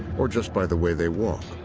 or just by the way they walk.